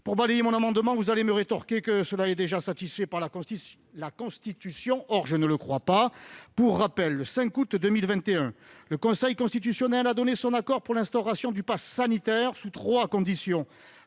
Pour balayer cet amendement, vous me rétorquerez qu'il est déjà satisfait par la Constitution ; je ne le crois pas. Pour rappel, le 5 août 2021, le Conseil constitutionnel a donné son accord pour l'instauration du passe sanitaire sous trois conditions